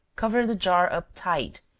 cover the jar up tight,